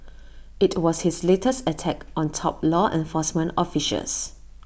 IT was his latest attack on top law enforcement officials